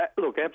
Look